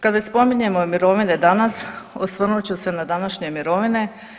Kad već spominjemo i mirovine danas osvrnut ću se na današnje mirovine.